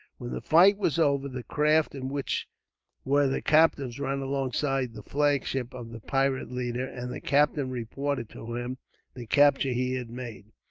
when the fight was over, the craft in which were the captives ran alongside the flagship of the pirate leader, and the captain reported to him the capture he had made.